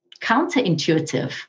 counterintuitive